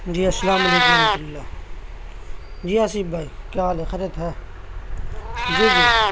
جی السّلام علیکم رحمتہ اللّہ جی آصف بھائی کیا حال ہے خیریت ہے جی جی